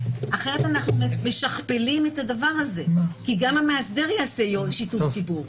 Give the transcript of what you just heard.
אחרת אנחנו משכפלים את הדבר הזה כי גם המאסדר יעשה יום שיתוף ציבור.